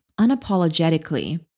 unapologetically